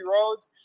roads